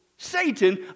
Satan